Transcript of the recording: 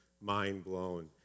mind-blown